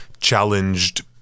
challenged